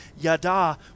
yada